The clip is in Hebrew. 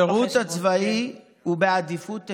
השירות צבאי הוא בעדיפות עליונה,